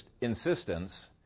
insistence